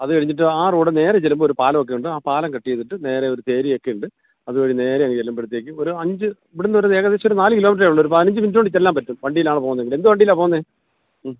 അത് കഴിഞ്ഞിട്ട് ആ റോഡ് നേരെ ചെല്ലുമ്പോൾ ഒരു പാലം ഒക്കെ ഉണ്ട് ആ പാലം കട്ട് ചെയ്തിട്ട് നേരെ ഒരു ചേരി ഒക്കെ ഉണ്ട് അത് വഴി നേരെ അങ്ങ് ചെല്ലുമ്പോഴത്തേക്ക് ഒരു അഞ്ച് ഇവിടുന്നൊരു ഏകദേശം ഒരു നാല് കിലോമീറ്ററേ ഉള്ളൂ ഒരു പതിനഞ്ച് മിനിറ്റ് കൊണ്ട് ചെല്ലാൻ പറ്റും വണ്ടിയിലാണ് പോവുന്നതെങ്കിൽ എന്ത് വണ്ടിയിലാണ് പോവുന്നത്